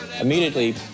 Immediately